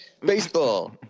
Baseball